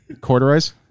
Corduroy's